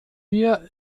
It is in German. wir